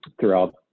throughout